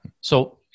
So-